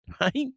right